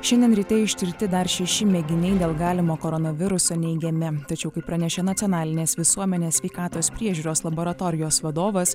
šiandien ryte ištirti dar šeši mėginiai dėl galimo koronaviruso neigiami tačiau kaip pranešė nacionalinės visuomenės sveikatos priežiūros laboratorijos vadovas